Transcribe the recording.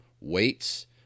weights